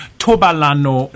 tobalano